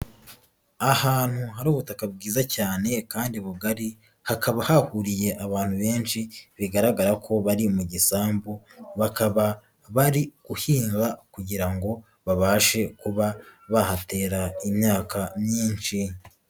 Ahantu hari ubutaka bwiza cyane kandi bugari hakaba hahuriye abantu benshi bigaragara ko bari mu gisambu bakaba bari guhinga kugira ngo babashe kuba bahatera imyaka myinshi.